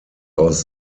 aus